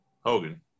Hogan